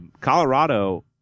Colorado